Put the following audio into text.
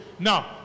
Now